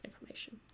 information